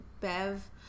Bev